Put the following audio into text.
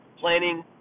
planning